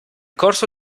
corso